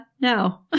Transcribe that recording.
no